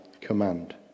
command